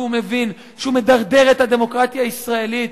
והוא מבין שהוא מדרדר את הדמוקרטיה הישראלית,